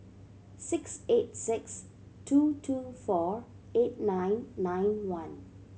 six eight six two two four eight nine nine one